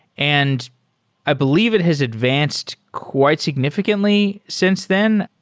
and i believe it has advanced quite significantly since then.